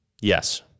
yes